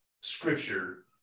scripture